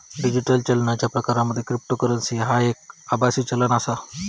digital चालनाच्या प्रकारांमध्ये cryptocurrency ह्या एक आभासी चलन आसा